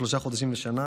שלושה חודשים ושנה,